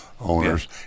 owners